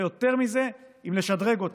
ויותר מזה עם לשדרג אותה,